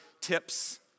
tips